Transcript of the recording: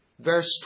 Verse